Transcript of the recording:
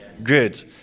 good